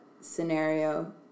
scenario